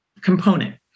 component